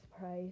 price